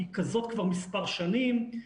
כי כזאת כבר מספר שנים.